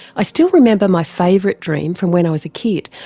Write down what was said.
i still remember my favourite dream from when i was a kid,